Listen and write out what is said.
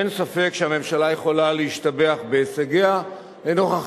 אין ספק שהממשלה יכולה להשתבח בהישגיה לנוכח